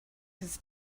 his